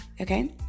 okay